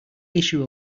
issue